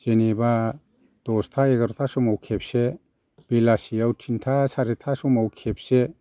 जेनेबा दस्था एगार'था समाव खेबसे बेलासियाव थिनथा सारिथा समाव खेबसे